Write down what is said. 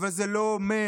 אבל זה לא אומר,